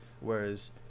whereas